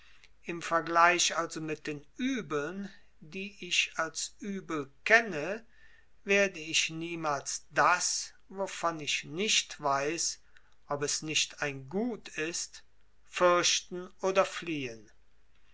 im vergleich also mit den übeln die ich als übel kenne werde ich niemals das wovon ich nicht weiß ob es nicht ein gut ist fürchten oder fliehen